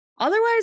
Otherwise